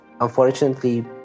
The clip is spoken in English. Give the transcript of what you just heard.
unfortunately